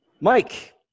Mike